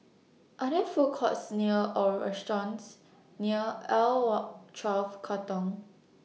Are There Food Courts near Or restaurants near L one twelve Katong